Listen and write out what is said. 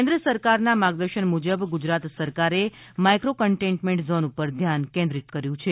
કેન્દ્ર સરકારના માર્ગદર્શન મુજબ ગુજરાત સરકારે માઈક્રો કન્ટેનમેન્ટ ઝોન પર ધ્યાન કેંક્રીત કર્યું છે